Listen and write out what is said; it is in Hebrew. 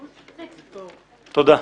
תודה.